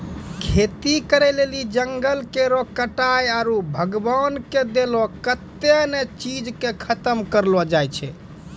खेती करै लेली जंगल केरो कटाय आरू भगवान के देलो कत्तै ने चीज के खतम करलो जाय छै